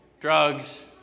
drugs